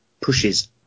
pushes